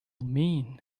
mean